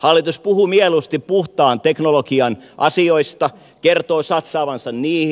hallitus puhuu mieluusti puhtaan teknologian asioista kertoo satsaavansa niihin